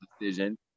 decision